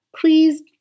please